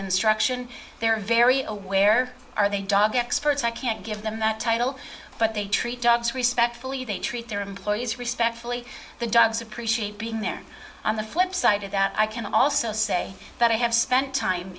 instruction they're very aware are they dogs experts i can't give them that title but they treat dogs respectfully they treat their employees respectfully the dogs appreciate being there on the flipside of that i can also say that i have spent time